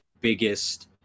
biggest